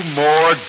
more